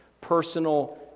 personal